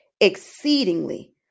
exceedingly